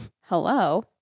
Hello